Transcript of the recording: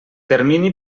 termini